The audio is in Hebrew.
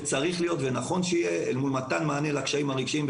צריך להיות ונכון שיהיה אל מול מתן מענה לקשיים הרגשיים,